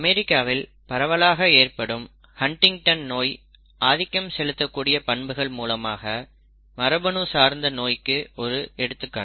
அமெரிக்காவில் பரவலாக ஏற்படும் ஹன்டிங்டன் நோய் ஆதிக்கம் செலுத்தக்கூடிய பண்புகள் மூலமாக மரபணு சார்ந்த நோய்க்கு ஒரு எடுத்துக்காட்டு